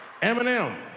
Eminem